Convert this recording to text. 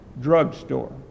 drugstore